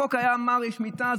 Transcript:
החוק אמר: יש מיטה,